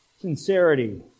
Sincerity